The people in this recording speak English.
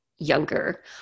younger